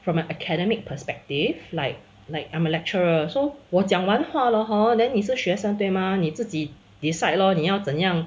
from a academic perspective like like I'm a lecturer so 我讲完话了 hor then 你是学生对吗你自己 decide lor 你要怎样